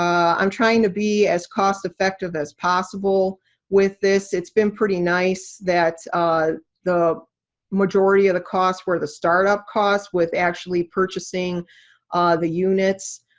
um i'm trying to be as cost-effective as possible with this. it's been pretty nice that the majority of the costs were the startup costs, with actually purchasing the units.